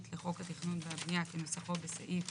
לחוק התכנון והבנייה כנוסחו בסעיף